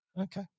Okay